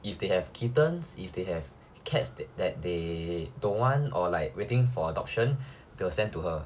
if they have kittens if they have cats that they don't want or like waiting for adoption they will send to her